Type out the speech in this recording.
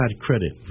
credit